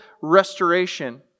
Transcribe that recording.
restoration